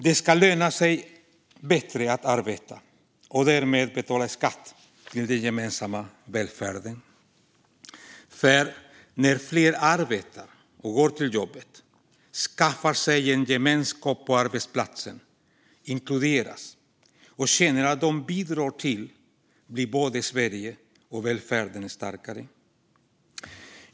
Det ska löna sig bättre att arbeta och därmed betala skatt till den gemensamma välfärden, för när fler arbetar och går till jobbet, skaffar sig en gemenskap på arbetsplatsen, inkluderas och känner att de bidrar blir både Sverige och välfärden starkare.